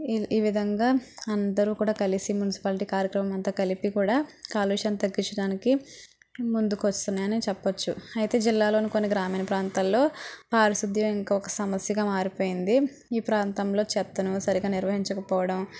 ఈ ఈ విధంగా అందరూ కూడా కలిసి మున్సిపాలిటీ కార్యక్రమమంతా కలిపి కూడా కాలుష్యం తగ్గిచ్చడానికి ముందుకు వస్తున్నాయని చెప్పొచ్చు అయితే జిల్లాలోని కొన్ని గ్రామీణ ప్రాంతాల్లో పారిశుద్ధ్యం ఇంకొక సమస్యగా మారిపోయింది ఈ ప్రాంతంలో చెత్తను సరిగా నిర్వహించకపోవడం